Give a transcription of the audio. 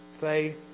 faith